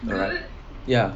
ya